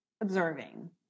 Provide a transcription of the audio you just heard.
observing